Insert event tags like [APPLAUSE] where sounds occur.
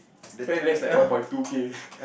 fair that's like one point two K [LAUGHS]